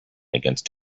against